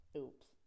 Oops